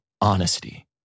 honesty